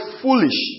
foolish